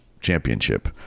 Championship